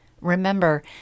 Remember